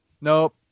nope